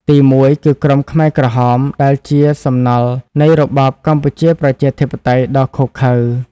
ទីមួយ គឺក្រុមខ្មែរក្រហម ដែលជាសំណល់នៃរបបកម្ពុជាប្រជាធិបតេយ្យដ៏ឃោរឃៅ។